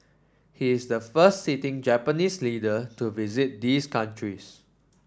he is the first sitting Japanese leader to visit these countries